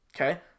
okay